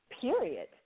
period